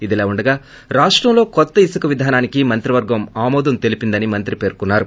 ఇదిలా ఉండగా రాష్టంలో కొత్త ఇసుక విధానానికే మంత్రివర్గం ఆమోదం తెలిపిందని మంత్రి పేర్కొన్నారు